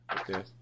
okay